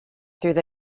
through